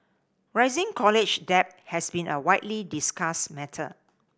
rising college debt has been a widely discussed matter